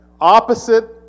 opposite